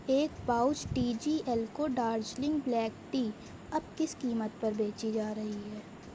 ایک pouch T G L کو Darjeeling black tea اب کس قیمت پر بیچی جا رہی ہے